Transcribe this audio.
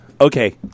Okay